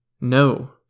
No